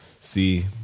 See